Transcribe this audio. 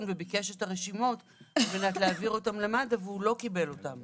וביקש את הרשימות על מנת להעביר אותם למד"א והוא לא קיבל אותם.